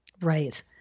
Right